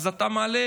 אז אתה מעלה